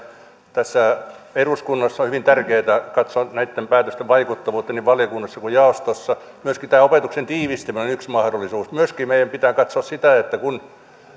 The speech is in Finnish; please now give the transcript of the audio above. tässä eduskunnassa on hyvin tärkeätä katsoa näitten päätösten vaikuttavuutta niin valiokunnassa kuin jaostossa myöskin tämä opetuksen tiivistäminen on yksi mahdollisuus meidän pitää myöskin katsoa sitä että kun